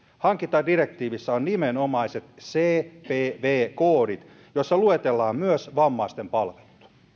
hankintadirektiivissä on nimenomaiset cpv koodit joissa luetellaan myös vammaisten palvelut